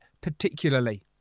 particularly